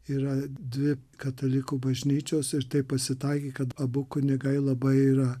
yra dvi katalikų bažnyčios ir taip pasitaikė kad abu kunigai labai yra